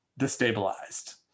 destabilized